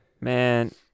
man